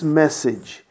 message